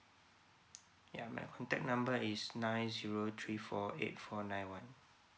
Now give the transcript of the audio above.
ya my contact number is nine zero three four eight four nine one